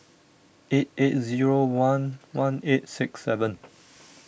eight eight zero one one eight six seven